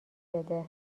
بده